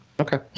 Okay